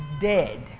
dead